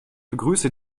begrüße